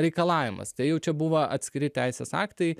reikalavimas tai jau čia buvo atskiri teisės aktai